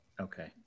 Okay